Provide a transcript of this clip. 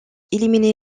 éliminé